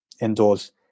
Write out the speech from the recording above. indoors